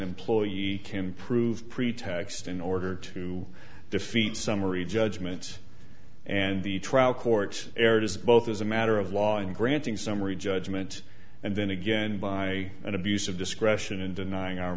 employee can prove pretext in order to defeat summary judgment and the trial court erred as both as a matter of law and granting summary judgment and then again by an abuse of discretion in denying our